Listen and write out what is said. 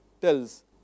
tells